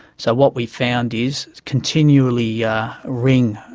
so what we found is continually yeah ring,